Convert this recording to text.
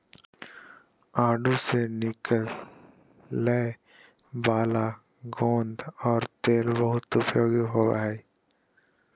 आडू से निकलय वाला गोंद और तेल बहुत उपयोगी होबो हइ